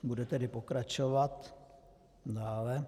Budu tedy pokračovat dále.